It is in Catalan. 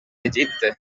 egipte